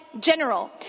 general